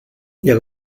jak